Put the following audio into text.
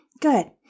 Good